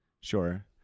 Sure